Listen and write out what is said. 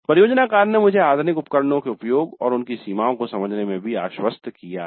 परियोजना कार्य ने मुझे आधुनिक उपकरणों के उपयोग और उनकी सीमाओं को समझने में भी आश्वस्त किया है